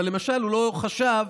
אבל הוא לא חשב,